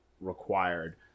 required